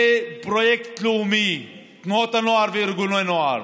זה פרויקט לאומי, תנועות הנוער וארגוני הנוער.